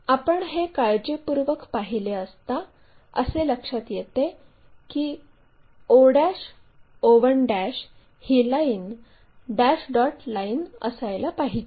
आपण हे काळजीपूर्वक पाहिले असता असे लक्षात येते की o o1 ही लाईन डॅश डॉट लाईन असायला पाहिजे